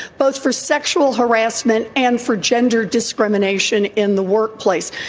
both for sexual harassment and for gender discrimination in the workplace.